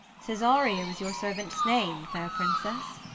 cesario is your servant's name, fair princess.